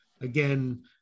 Again